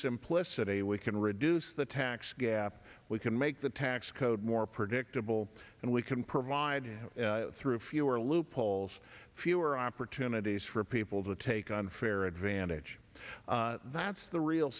simplicity we can reduce the tax gap we can make the tax code more predictable and we can provide through fewer loopholes fewer opportunities for people to take on fairer advantage that's the real